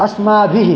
अस्माभिः